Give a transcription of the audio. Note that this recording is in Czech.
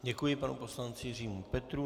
Děkuji panu poslanci Jiřímu Petrů.